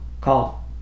call